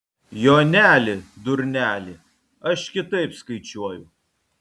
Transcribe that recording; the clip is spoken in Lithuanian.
joneli durneli aš kitaip skaičiuoju